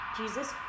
Jesus